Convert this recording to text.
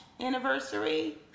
anniversary